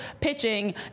pitching